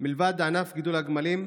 מלבד ענף גידול הגמלים,